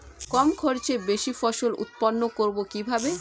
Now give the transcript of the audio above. কম খরচে বেশি ফসল উৎপন্ন করব কিভাবে?